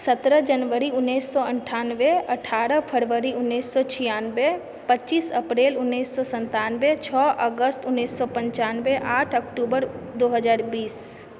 सतरह जनवरीउन्नैस सए अण्ठानबे अट्ठारह फरवरी उन्नैस सए छियानबे पच्चीस अप्रैल उन्नैस सए सन्तानबे छओ अगस्त उन्नैस सए पञ्चानबे आठ अक्टूबर दू हजार बीस